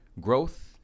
Growth